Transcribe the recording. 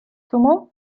тому